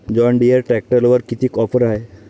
John Deere ट्रॅक्टरवर कितीची offer हाये?